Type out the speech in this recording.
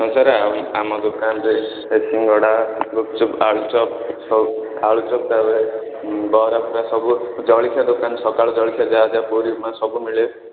ହଁ ସାରେ ଆମ ଦୋକାନରେ ସିଙ୍ଗଡ଼ା ଗୁପ୍ଚୁପ୍ ଆଳୁଚପ୍ ସବୁ ଆଳୁଚପ୍ ତା'ପରେ ବରା ଫରା ସବୁ ଜଳଖିଆ ଦୋକାନ ସକାଳୁ ଜଳଖିଆ ଯାହା ଯାହା ପୁରି ଉପମା ସବୁ ମିଳେ